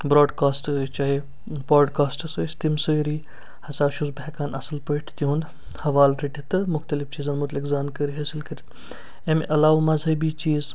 برٚاڈکاسٹہٕ ٲسۍ چاہے پواڈکاسٹٕس ٲسۍ تِم سٲری ہسا چھُس بہٕ ہیٚکان اصٕل پٲٹھۍ تِہُنٛد حوالہٕ رٔٹِتھ تہٕ مختلف چیٖزَن مُتعلق زانکٲری حٲصِل کٔرِتھ اَمہِ علاوٕ مذہبی چیٖز